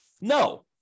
No